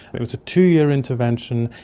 it was a two-year intervention,